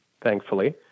thankfully